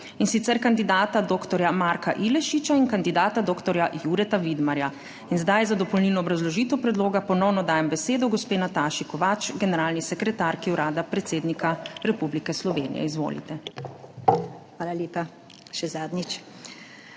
in sicer kandidata dr. Marka Ilešiča in kandidata dr. Jureta Vidmarja. Zdaj za dopolnilno obrazložitev predloga ponovno dajem besedo gospe Nataši Kovač, generalni sekretarki Urada predsednika Republike Slovenije. Izvolite. NATAŠA KOVAČ